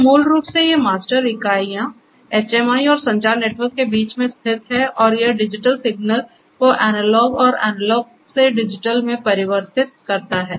तो मूल रूप से ये मास्टर इकाइयां एचएमआई और संचार नेटवर्क के बीच में स्थित है और यह डिजिटल सिग्नल को एनालॉग और एनालॉग से डिजिटल में परिवर्तित करता है